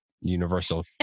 universal